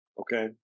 Okay